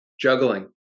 Juggling